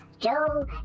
Joe